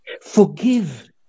Forgive